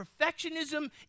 perfectionism